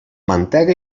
mantega